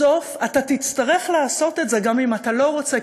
בסוף אתה תצטרך לעשות את זה גם אם אתה לא רוצה,